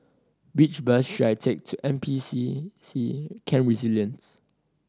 which bus should I take to N P C C Camp Resilience